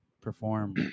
perform